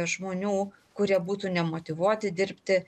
žmonių kurie būtų nemotyvuoti dirbti